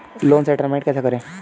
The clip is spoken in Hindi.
लोन सेटलमेंट कैसे करें?